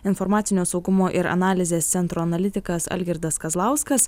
informacinio saugumo ir analizės centro analitikas algirdas kazlauskas